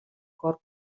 cor